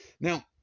Now